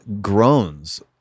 groans